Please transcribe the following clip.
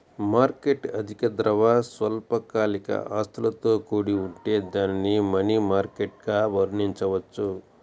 market అధిక ద్రవ, స్వల్పకాలిక ఆస్తులతో కూడి ఉంటే దానిని మనీ మార్కెట్గా వర్ణించవచ్చు